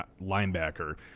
linebacker